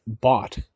bought